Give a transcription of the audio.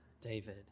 David